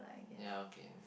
ya okay